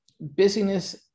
busyness